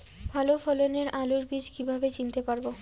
ভালো ফলনের আলু বীজ কীভাবে চিনতে পারবো?